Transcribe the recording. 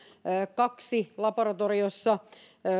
kaksi laboratoriossa